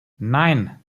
nein